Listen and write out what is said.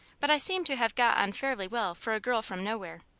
but i seem to have got on fairly well for a girl from nowhere.